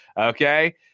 Okay